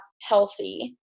healthy